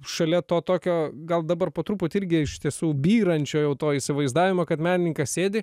šalia to tokio gal dabar po truputį irgi iš tiesų byrančio jau to įsivaizdavimo kad menininkas sėdi